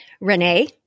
Renee